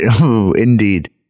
indeed